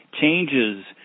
changes